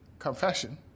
confession